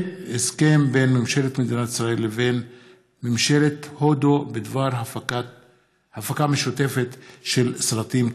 הסכם בין ממשלת מדינת ישראל לבין ממשלת הודו בדבר הפקה משותפת של סרטים.